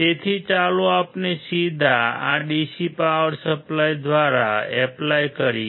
તેથી ચાલો આપણે સીધા આ DC પાવર સપ્લાય દ્વારા એપ્લાય કરીએ